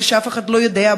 בלי שאף אחד ידע,